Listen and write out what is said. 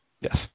Yes